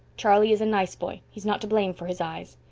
charlie is a nice boy. he's not to blame for his eyes.